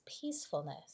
peacefulness